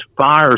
fire